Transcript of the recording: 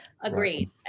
Agreed